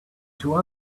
two